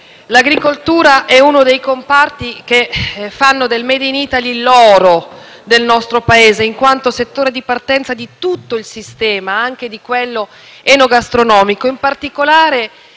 l'agricoltura è uno dei comparti che fanno del *made in Italy* l'oro del nostro Paese, in quanto settore di partenza di tutto il sistema, anche di quello enogastronomico.